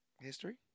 history